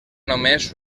només